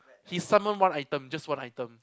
he summon one item just one item